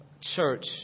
church